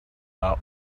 are